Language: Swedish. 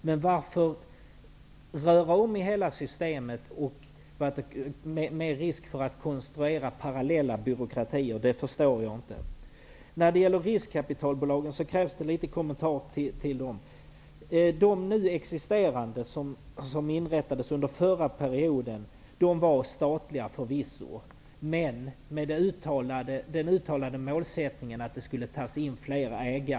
Men varför man vill röra om i hela systemet, med risk för att konstruera parallella byråkratier, det förstår jag inte. Det krävs en del kommentarer kring riskkapitalbolagen. De nu existerande riskkapitalbolagen, de som inrättades under förra mandatperioden, var förvisso statliga, men den uttalade målsättningen var att fler ägare skulle tas in efter hand.